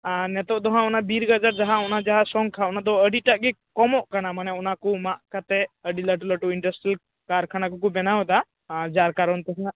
ᱟᱨ ᱱᱤᱛᱳᱜ ᱫᱚᱦᱟᱜ ᱚᱱᱟ ᱵᱤᱨ ᱜᱟᱡᱟᱲ ᱡᱟᱦᱟᱸ ᱚᱱᱟ ᱡᱟᱦᱟᱸ ᱥᱚᱝᱠᱷᱟ ᱚᱱᱟ ᱫᱚ ᱟᱹᱰᱤ ᱴᱟᱜ ᱜᱮ ᱠᱚᱢᱚᱜ ᱠᱟᱱᱟ ᱢᱟᱱᱮ ᱚᱱᱟ ᱠᱚ ᱢᱟᱜᱽ ᱠᱟᱛᱮ ᱟᱹᱰᱤ ᱞᱟᱹᱴᱩ ᱞᱟᱹᱴᱩ ᱤᱱᱰᱟᱥᱴᱨᱤ ᱠᱟᱨᱠᱷᱟᱱᱟ ᱠᱚ ᱠᱚ ᱵᱮᱱᱟᱣ ᱮᱫᱟ ᱟᱨ ᱡᱟᱨ ᱠᱟᱨᱚᱱ ᱛᱮ ᱦᱟᱸᱜ